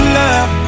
love